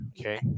Okay